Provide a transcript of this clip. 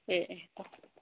ꯑꯦ ꯑꯦ ꯇꯣ